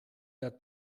der